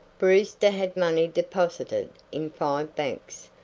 brewster had money deposited in five banks,